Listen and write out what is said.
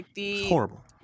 Horrible